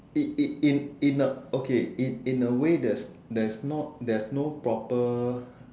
in in in in a okay in in a way there's there's not there's no proper